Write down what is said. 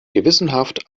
gewissenhaft